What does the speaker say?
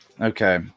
Okay